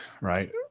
right